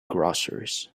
groceries